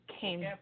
came